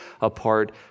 apart